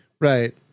Right